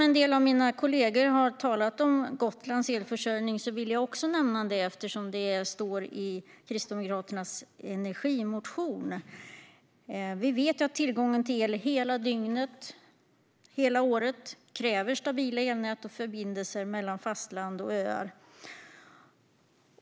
En del av mina kollegor har talat om Gotlands elförsörjning, och jag vill också nämna den eftersom det står om den i Kristdemokraternas energimotion. Vi vet att tillgång till el hela dygnet, hela året kräver stabila elnät och förbindelser mellan fastlandet och öarna.